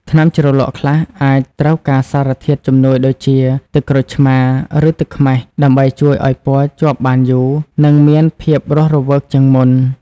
ថ្នាំជ្រលក់ខ្លះអាចត្រូវការសារធាតុជំនួយដូចជាទឹកក្រូចឆ្មារឬទឹកខ្មេះដើម្បីជួយឱ្យពណ៌ជាប់បានយូរនិងមានភាពរស់រវើកជាងមុន។